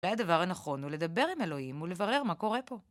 אולי הדבר הנכון הוא לדבר עם אלוהים ולברר מה קורה פה.